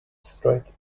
straight